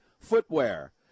footwear